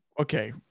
Okay